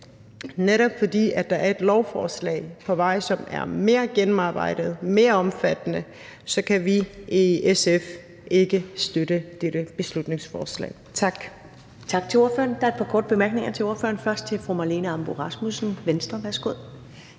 netop fordi der er et lovforslag på vej, som er mere gennemarbejdet og mere omfattende, kan vi i SF ikke støtte dette beslutningsforslag. Tak.